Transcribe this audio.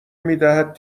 میدهد